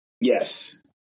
Yes